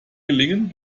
gelingen